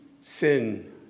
sin